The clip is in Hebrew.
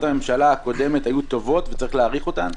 של הממשלה הקודמת היו טובות וצריך להאריך אותן?